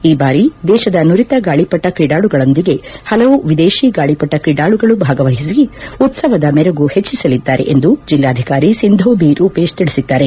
ಈಬಾರಿದೇಶದ ನುರಿತ ಗಾಳಿಪಟ ಕ್ರೀಡಾಳುಗಳೊಂದಿಗೆ ಹಲವು ವಿದೇಶೀ ಗಾಳಿಪಟ ಕ್ರೀಡಾಳುಗಳೂ ಭಾಗವಹಿಸಿ ಉತ್ಸವದ ಮೆರುಗು ಹೆಚ್ಚಿಸಲಿದ್ದಾರೆ ಎಂದು ಜಿಲ್ಲಾಧಿಕಾರಿ ಸಿಂಧೂ ಬಿರೂಹೇಶ್ ತಿಳಿಸಿದ್ದಾರೆ